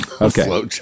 okay